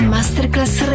Masterclass